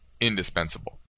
indispensable